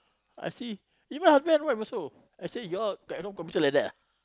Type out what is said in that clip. I see even husband and wife also i say you all like got no commission like that ah